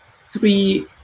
three